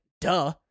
duh